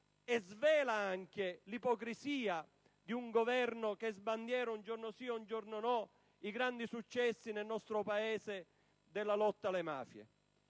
che svela anche l'ipocrisia di un Governo che sbandiera, un giorno sì e un giorno no, i grandi successi del nostro Paese nella lotta alle mafie.